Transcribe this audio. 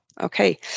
Okay